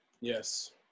Yes